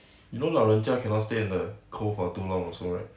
you know 老人家 cannot stay in the cold for too long also right